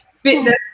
fitness